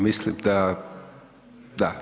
Mislim da, da.